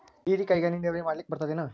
ಹೀರೆಕಾಯಿಗೆ ಹನಿ ನೀರಾವರಿ ಮಾಡ್ಲಿಕ್ ಬರ್ತದ ಏನು?